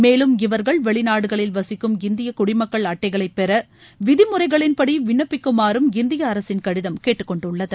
மேலும் இவர்கள் வெளிநாடுகளில் வசிக்கும் இந்திய குடிமக்கள் அட்டைகளை பெற விதிமுறைகளின்படி விண்ணப்பிக்குமாறு இந்திய அரசின் கடிதம் கேட்டுக்கொண்டுள்ளது